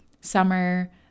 summer